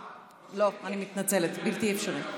לא, אני מתנצלת, בלתי אפשרי.